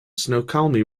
snoqualmie